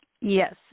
Yes